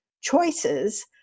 choices